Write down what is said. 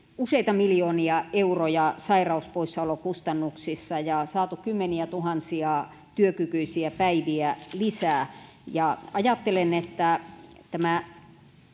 useita miljoonia euroja sairauspoissaolokustannuksissa ja saatu kymmeniätuhansia työkykyisiä päiviä lisää ajattelen että tämä